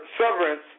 severance